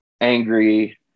angry